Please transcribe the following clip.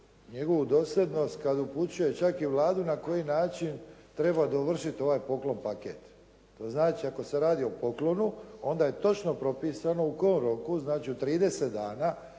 njegovu dosljednost kada upućuje čak i Vladu na koji način treba dovršiti ovaj poklon paket. To znači ako se radi o poklonu, onda je točno propisano u kojem roku znači u 30 dana,